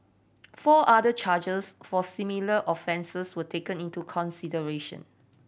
four other charges for similar offences were taken into consideration